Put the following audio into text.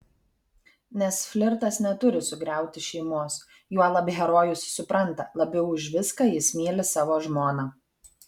nes flirtas neturi sugriauti šeimos juolab herojus supranta labiau už viską jis myli savo žmoną